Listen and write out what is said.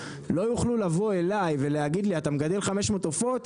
לא יוכלו לבוא אליי ולהגיד לי אתה מגדל 500 עופות,